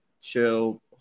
chill